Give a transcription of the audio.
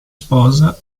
sposa